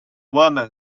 woman